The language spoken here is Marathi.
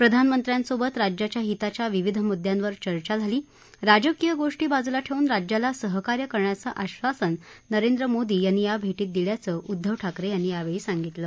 प्रधानमंत्र्यासोबत राज्याच्या हिताच्या विविध मुद्द्यांवर चर्चा झाली राजकीय गोष्टी बाजूला ठेऊन राज्याला सहकार्य करण्याचं आशावासानं नरेंद्र मोदी यांनी या भेटीत दिल्याचं उद्धव ठाकरे यांनी यावेळी सांगितलं